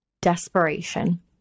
desperation